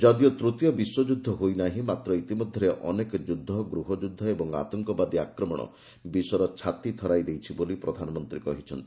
ଯଦିଓ ତୃତୀୟ ବିଶ୍ୱଯୁଦ୍ଧ ହୋଇନାହିଁ ମାତ୍ର ଇତିମଧ୍ୟରେ ଅନେକ ଯୁଦ୍ଧ ଗୃହ ଯୁଦ୍ଧ ଓ ଆତଙ୍କବାଦୀ ଆକ୍ରମଣ ବିଶ୍ୱର ଛାତି ଥରାଇ ଦେଇଛି ବୋଲି ପ୍ରଧାନମନ୍ତ୍ରୀ କହିଛନ୍ତି